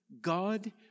God